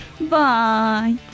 Bye